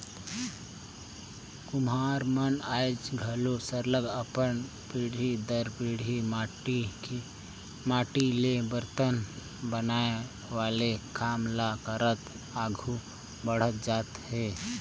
कुम्हार मन आएज घलो सरलग अपन पीढ़ी दर पीढ़ी माटी ले बरतन बनाए वाले काम ल करत आघु बढ़त जात हें